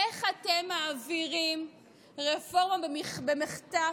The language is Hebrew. איך אתם מעבירים רפורמה במחטף,